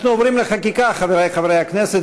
אנחנו עוברים לחקיקה, חברי חברי הכנסת.